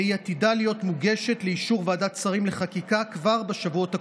והיא עתידה להיות מוגשת לאישור ועדת שרים לחקיקה כבר בשבועות הקרובים.